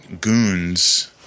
goons